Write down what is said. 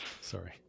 Sorry